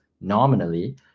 nominally